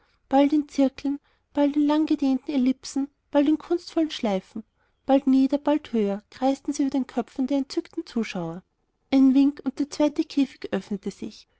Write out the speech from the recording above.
bald in zirkeln bald in langgedehnten elipsen bald in kunstvollen schleifen bald niedriger bald höher kreisten sie über den köpfen der entzückten zuschauer ein wink und der zweite käfig öffnete sich